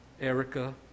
Erica